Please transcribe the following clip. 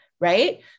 right